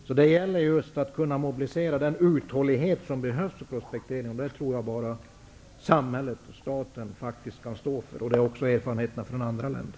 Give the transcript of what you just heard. Så det gäller att kunna mobilisera den uthållighet som behövs i prospekteringen, och den tror jag att bara samhället, staten, kan stå för. Det är också erfarenheterna från andra länder.